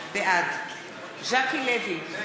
בעד ז'קי לוי,